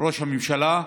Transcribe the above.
ראש הממשלה.